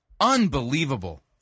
Unbelievable